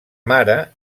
mare